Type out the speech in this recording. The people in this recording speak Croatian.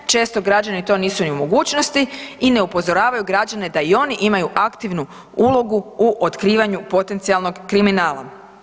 Često građani to nisu ni u mogućnosti i ne upozoravaju građane da i oni imaju aktivnu ulogu u otkrivanju potencijalnog kriminala.